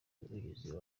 umuvugizi